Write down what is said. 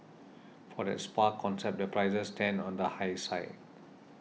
for that spa concept their prices stand on the high side